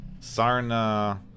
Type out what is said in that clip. Sarna